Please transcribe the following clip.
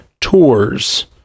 Tours